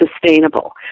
sustainable